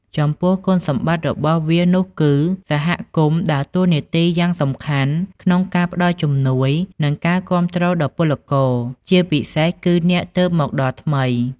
ចំពោះគុណសម្បត្តិរបស់វានោះគឺ សហគមន៍ដើរតួនាទីយ៉ាងសំខាន់ក្នុងការផ្ដល់ជំនួយ និងការគាំទ្រដល់ពលករ ជាពិសេសគឺអ្នកទើបមកដល់ថ្មី ។